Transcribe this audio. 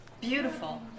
Beautiful